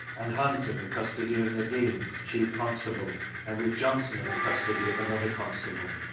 and hunt in the custody of nadin, chief constable, and with johnson in the custody of another constable.